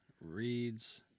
reads